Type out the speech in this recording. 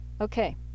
okay